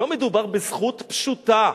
לא מדובר בזכות פשוטה,